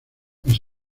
las